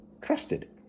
trusted